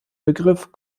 begriff